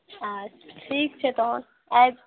अच्छा ठीक छै तहन आयब